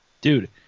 Dude